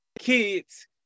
kids